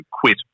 quit